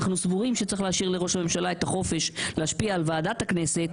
אנחנו סבורים שצריך להשאיר לראש הממשלה את החופש להשפיע על ועדת הכנסת